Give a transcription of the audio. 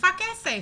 איפה הכסף?